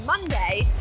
Monday